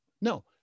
No